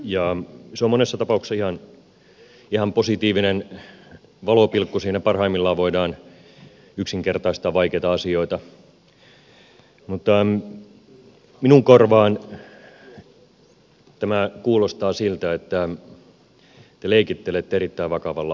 se on monessa tapauksessa ihan positiivinen valopilkku siinä parhaimmillaan voidaan yksinkertaistaa vaikeita asioita mutta minun korvaani tämä kuulostaa siltä että te leikittelette erittäin vakavalla asialla